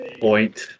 point